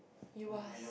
you are